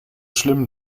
schlimm